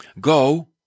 Go